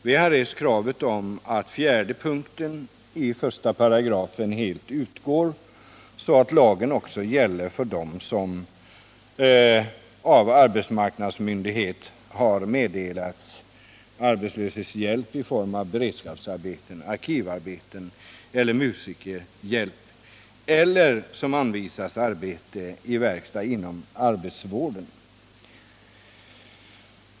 Vi har rest kravet på att fjärde punkten i 1 § helt utgår, så att lagen också gäller för dem som av arbetsmarknadsmyndighet har meddelats arbetslöshetshjälp i form av beredskapsarbeten, arkivarbete eller musikerhjälp eller som anvisats arbete i verkstad inom arbetsvården.